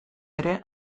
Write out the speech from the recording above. ere